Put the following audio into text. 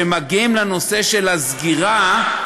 כשמגיעים לנושא של הסגירה,